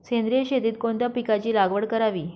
सेंद्रिय शेतीत कोणत्या पिकाची लागवड करावी?